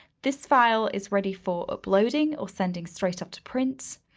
this file is ready for uploading or sending straight up to print.